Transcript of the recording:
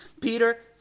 Peter